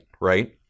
right